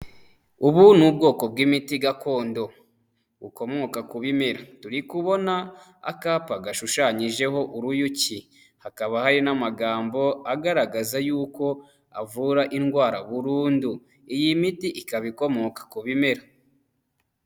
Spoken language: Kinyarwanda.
Ubu ni ubwoko bw'imiti gakondo bukomoka ku bimera turi kubona akapa gashushanyijeho uruyuki hakaba hari n'amagambo agaragaza y'uko avura indwara burundu, iyi miti ikaba ikomoka ku bimera.